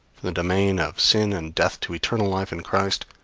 the domain of sin and death to eternal life in christ,